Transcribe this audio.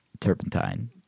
turpentine